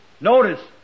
notice